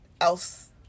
else